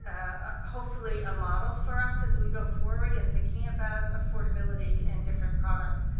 ah, ah hopefully, a model for us, as we go forward, in thinking about affordability and different products,